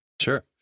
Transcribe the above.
Sure